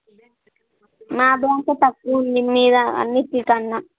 మా బ్రాంచ్లో తక్కువ ఉంది మీదా అన్నిటి కన్నా